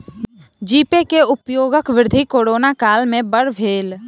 जी pay के उपयोगक वृद्धि कोरोना काल में बड़ भेल